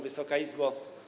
Wysoka Izbo!